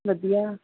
ਵਧੀਆ